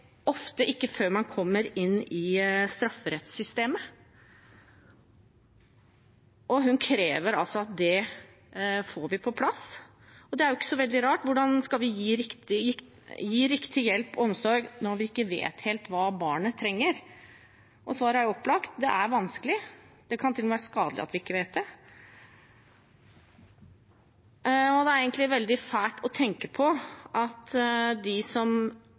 ofte ikke før man kommer inn i strafferettssystemet. Hun krever at vi får det på plass. Det er jo ikke så veldig rart. Hvordan skal vi gi riktig hjelp og omsorg når vi ikke vet helt hva barnet trenger? Svaret er opplagt: Det er vanskelig, det kan til og med være skadelig at vi ikke vet det. Det er egentlig veldig fælt å tenke på at de som